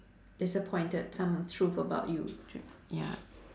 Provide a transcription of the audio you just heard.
disappointed some truth about you ya